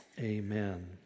amen